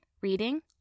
reading